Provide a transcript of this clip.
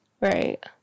Right